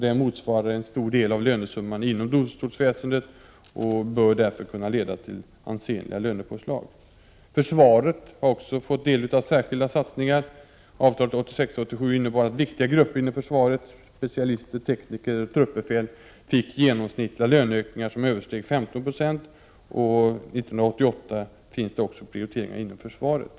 Det motsvarar en stor del av lönesumman inom domstolsväsendet och bör därför kunna leda till ansenliga lönepåslag. Försvaret har också fått del av särskilda satsningar. Avtalet 1986/87 innebar att viktiga grupper inom försvaret — specialister, tekniker och truppbefäl — fick genomsnittliga löneökningar som översteg 15 96. För 1988 finns det också prioriteringar inom försvaret.